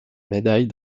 médaille